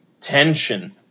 tension